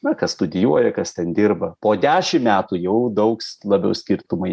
na kas studijuoja kas ten dirba po dešim metų jau daugs labiau skirtumai